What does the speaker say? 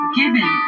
given